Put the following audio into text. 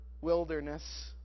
wilderness